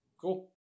cool